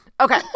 Okay